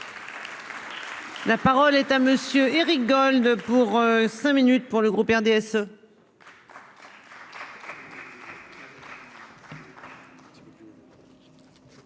La parole est à monsieur Éric Gold pour cinq minutes pour le groupe RDSE.